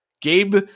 Gabe